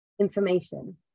information